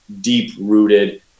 deep-rooted